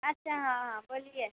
اچھا ہاں ہاں بولیے